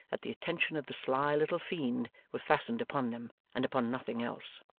that the attention of the sly little fiend was fastened upon them, and upon nothing else.